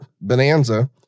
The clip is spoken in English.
Bonanza